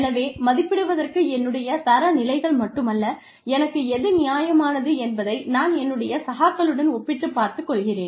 எனவே மதிப்பிடுவதற்கு என்னுடைய தரநிலைகள் மட்டுமல்ல எனக்கு எது நியாயமானது என்பதை நான் என்னுடைய சகாக்களுடன் ஒப்பிட்டுப் பார்த்து கொள்கிறேன்